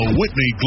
Whitney